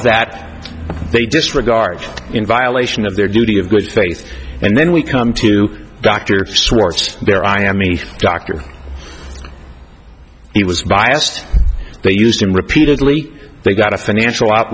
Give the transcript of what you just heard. of that they disregard in violation of their duty of good faith and then we come to dr swartz where i am a doctor he was biased they used him repeatedly they got a financial